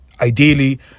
ideally